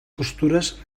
costures